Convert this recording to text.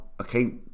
okay